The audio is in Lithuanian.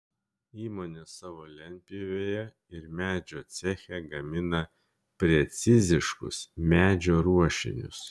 įmonė savo lentpjūvėje ir medžio ceche gamina preciziškus medžio ruošinius